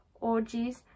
orgies